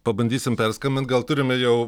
pabandysim perskambint gal turime jau